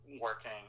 working